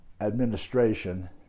administration